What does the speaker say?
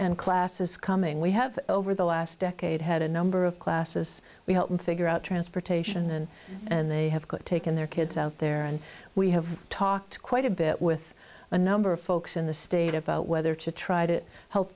and classes coming we have over the last decade had a number of classes we help them figure out transportation and they have got taken their kids out there and we have talked quite a bit with a number of folks in the state about whether to try to help